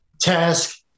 task